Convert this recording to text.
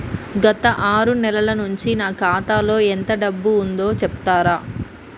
గత ఆరు నెలల నుంచి నా ఖాతా లో ఎంత డబ్బు ఉందో చెప్తరా?